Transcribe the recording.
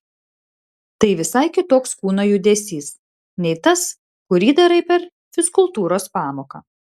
tai visai kitoks kūno judesys nei tas kurį darai per fizkultūros pamoką